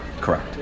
Correct